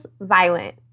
violent